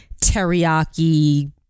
teriyaki